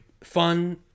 fun